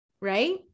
Right